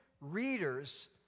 readers